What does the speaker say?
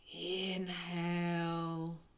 Inhale